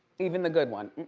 even the good one.